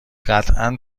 قطعا